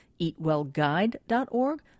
eatwellguide.org